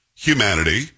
Humanity